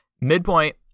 Midpoint